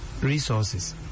resources